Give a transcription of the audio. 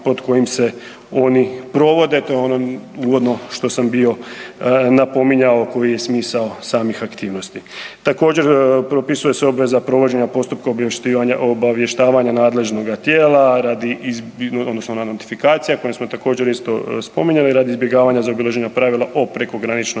pod kojim se oni provode, to je ono uvodno što sam bio napominjao, koji je smisao samih aktivnosti. Također, propisuje se obveza provođenja postupka obavještavanja nadležnoga tijela radi odnosno .../Govornik se ne razumije./... koju smo također, isto spominjali, radi izbjegavanja zaobilaženja pravila o prekograničnom